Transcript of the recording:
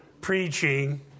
preaching